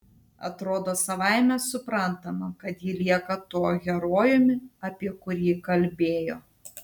atrodo savaime suprantama kad ji lieka tuo herojumi apie kurį kalbėjo